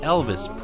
Elvis